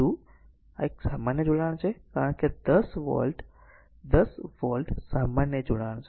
તેથી આ એક માન્ય જોડાણ છે કારણ કે 10 વોલ્ટ 10 વોલ્ટ માન્ય જોડાણ છે